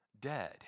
dead